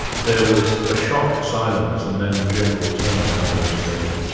there was a shocked silence and then the general turned to her and said,